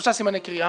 שלושה סימני קריאה